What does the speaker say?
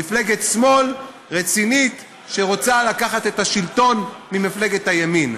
מפלגת שמאל רצינית שרוצה לקחת את השלטון ממפלגת הימין,